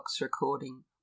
recording